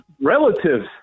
relatives